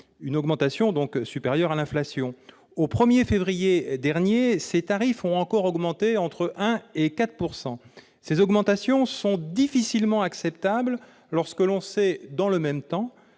une augmentation supérieure à l'inflation. Le 1 février dernier, ces tarifs ont encore augmenté de 1 % à 4 %. Ces augmentations sont difficilement acceptables lorsque l'on sait que, dans le même temps,